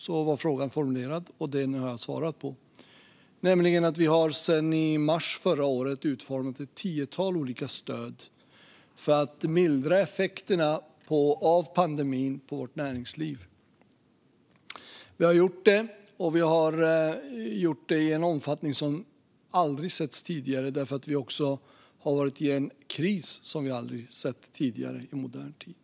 Så var frågan formulerad, och den har jag svarat på, nämligen att vi sedan i mars förra året har utformat ett tiotal olika stöd för att mildra effekterna av pandemin på vårt näringsliv. Vi har gjort det, och vi har gjort det i en omfattning som aldrig har setts tidigare därför att vi har varit i en kris som vi aldrig har sett tidigare i modern tid.